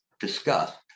discussed